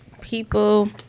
people